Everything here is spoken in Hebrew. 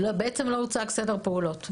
בעצם לא הוצג סדר פעולות.